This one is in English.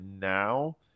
now